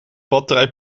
batterij